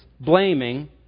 Blaming